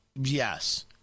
yes